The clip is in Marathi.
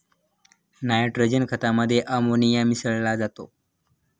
नायट्रोजन खतामध्ये अमोनिया मिसळा जातो